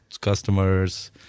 customers